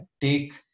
take